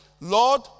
Lord